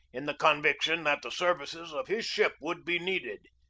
in the conviction that the services of his ship would be needed.